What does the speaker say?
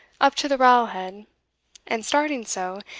up to the rowel-head and starting so,